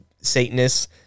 Satanists